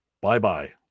bye-bye